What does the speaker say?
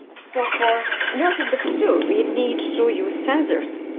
so for neurofeedback to do we need to use sensors.